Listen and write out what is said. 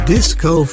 Disco